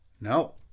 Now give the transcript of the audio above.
no